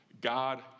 God